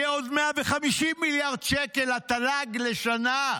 יהיו עוד 150 מיליארד שקלים לתל"ג לשנה.